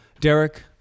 Derek